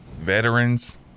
Veterans